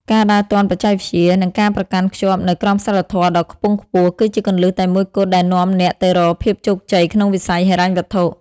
ការដើរទាន់បច្ចេកវិទ្យា និងការប្រកាន់ខ្ជាប់នូវក្រមសីលធម៌ដ៏ខ្ពង់ខ្ពស់ គឺជាគន្លឹះតែមួយគត់ដែលនាំអ្នកទៅរកភាពជោគជ័យក្នុងវិស័យហិរញ្ញវត្ថុ។